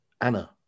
Anna